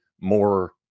more